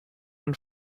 and